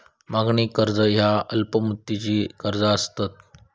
मागणी कर्ज ह्या अल्प मुदतीची कर्जा असतत